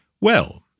Well